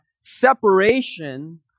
separation